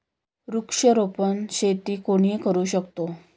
वृक्षारोपण शेती कोणीही करू शकतो